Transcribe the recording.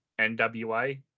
NWA